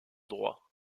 droit